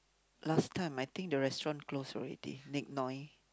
last time I think the restaurant close already make noise